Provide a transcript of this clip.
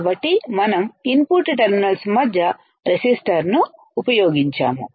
కాబట్టి మనం input terminals మధ్య రెసిస్టిర్ ను ఉపయోగించాము